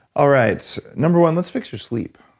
all right. number one, let's fix your sleep.